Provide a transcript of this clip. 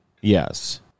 Yes